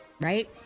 right